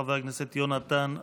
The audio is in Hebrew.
חבר הכנסת יונתן מישרקי.